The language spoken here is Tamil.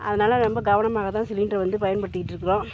அதனால் ரொம்ப கவனமாக தான் சிலிண்ட்ரை வந்து பயன்படுத்திகிட்டிருக்கறோம்